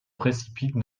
précipite